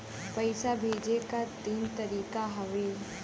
पइसा भेजे क तीन तरीका हउवे